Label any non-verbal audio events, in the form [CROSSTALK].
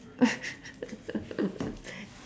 [LAUGHS]